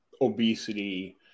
obesity